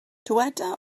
dyweda